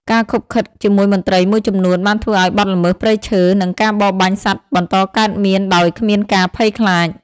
ការឃុបឃិតជាមួយមន្ត្រីមួយចំនួនបានធ្វើឱ្យបទល្មើសព្រៃឈើ និងការបរបាញ់សត្វបន្តកើតមានដោយគ្មានការភ័យខ្លាច។